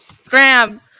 Scram